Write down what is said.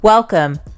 Welcome